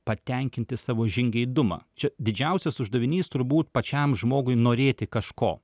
patenkinti savo žingeidumą čia didžiausias uždavinys turbūt pačiam žmogui norėti kažko